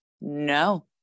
no